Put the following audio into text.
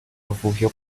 refugio